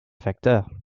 facteur